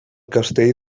castell